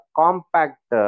compact